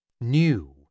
New